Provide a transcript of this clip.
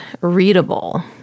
Readable